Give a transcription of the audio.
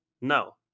No